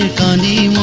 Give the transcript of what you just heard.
gandhi